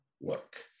work